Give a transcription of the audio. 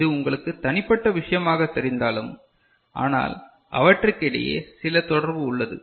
இது உங்களுக்கு தனிப்பட்ட விஷயமாகத் தெரிந்தாலும் ஆனால் அவற்றுக்கிடையே சில தொடர்பு உள்ளது